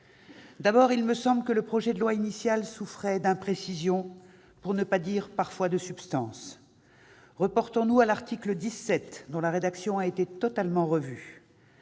D'abord, il me semble que le projet de loi initial souffrait d'imprécisions, pour ne pas dire de substance parfois. Reportons-nous à l'article 17 dont la rédaction a été totalement revue,